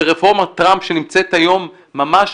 ורפורמת טראמפ שנמצאת היום ממש,